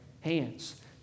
hands